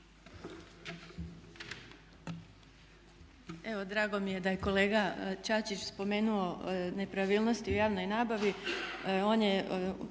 Evo drago mi je da je kolega Čačić spomenuo nepravilnosti u javnoj nabavi. On je